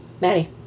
Maddie